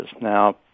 Now